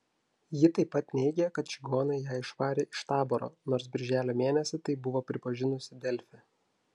ji taip pat neigė kad čigonai ją išvarė iš taboro nors birželio mėnesį tai buvo pripažinusi delfi